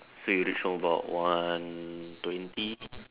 so you reach home about one twenty